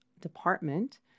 department